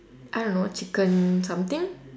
I don't know chicken something